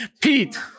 Pete